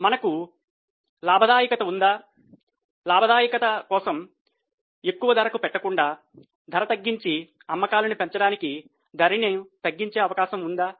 మనకు లాభదాయకత ఉందా లాభదాయకత కోసం ఎక్కువ ధరకు పెట్టకుండా ధర తగ్గించి అమ్మకాలను పెంచడానికి ధరను తగ్గించే అవకాశం ఉందా